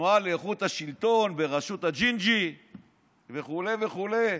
התנועה לאיכות השלטון בראשות הג'ינג'י וכו' וכו',